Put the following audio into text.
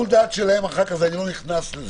את שיקול הדעת של המדינה במקרים שתרצה לפתוח,